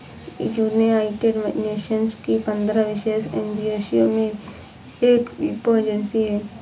United Nations की पंद्रह विशेष एजेंसियों में से एक वीपो एजेंसी है